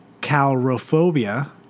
calrophobia